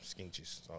skinches